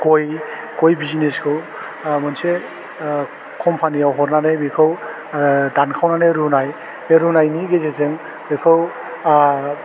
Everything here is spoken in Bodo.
गय गय बिजनेसखौ ओह मोनसे ओह कम्फानियाव हरनानै बिखौ ओह दानखावनानै रुनाय बे रुनायनि गेजेरजों बेखौ आह